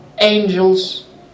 angels